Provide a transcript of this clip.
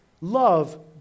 love